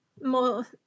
more